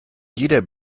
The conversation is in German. jeder